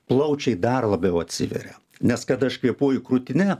plaučiai dar labiau atsiveria nes kad aš kvėpuoju krūtine